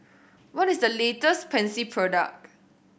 what is the latest Pansy product